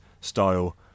style